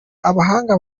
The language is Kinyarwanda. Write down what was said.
abahanga